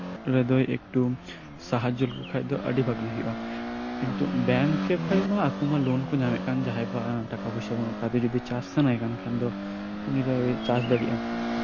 ᱨᱮᱫᱚᱭ ᱮᱠᱴᱩ ᱥᱟᱦᱟᱡᱡᱚ ᱞᱮᱠᱚ ᱠᱷᱟᱱ ᱫᱚ ᱟᱹᱰᱤ ᱵᱷᱟᱹᱜᱤ ᱦᱩᱭᱩᱜᱼᱟ ᱠᱤᱱᱛᱩ ᱵᱮᱝᱠ ᱠᱷᱚᱱ ᱢᱟ ᱟᱠᱚ ᱢᱟ ᱞᱳᱱ ᱠᱚ ᱧᱟᱢᱮᱜ ᱠᱟᱱ ᱡᱟᱸᱦᱟᱭ ᱴᱟᱠᱟ ᱯᱚᱭᱥᱟ ᱵᱟᱹᱱᱩᱜ ᱠᱟᱜ ᱛᱟᱭ ᱪᱟᱥ ᱥᱟᱱᱟᱭᱮ ᱠᱷᱟᱱ ᱫᱚ ᱩᱱᱤ ᱫᱚ ᱪᱟᱥ ᱫᱟᱲᱮᱭᱟᱜᱼᱟ